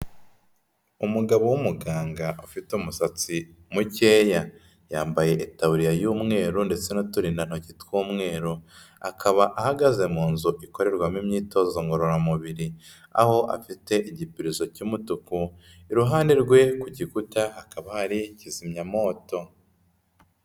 Umugabo w'umuganga ufite umusatsi mukeya, yambaye itaburiya y'umweru ndetse n'uturindantoki tw'umweru, akaba ahagaze mu nzu ikorerwamo imyitozo ngororamubiri, aho afite igipirizo cy'umutuku, iruhande rwe ku gikuta hakaba hari kizimyamwoto.